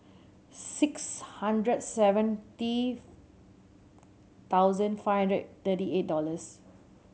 six hundred seventy thousand five hundred thirty eight dollars